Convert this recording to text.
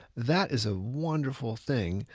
that is a wonderful thing.